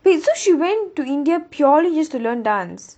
wait so she went to india purely just to learn dance